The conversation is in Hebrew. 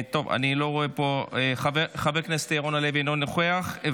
חבר הכנסת ירון הלוי, אינו נוכח.